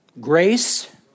grace